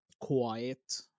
quiet